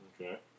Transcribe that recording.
Okay